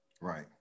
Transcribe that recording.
Right